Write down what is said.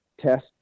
test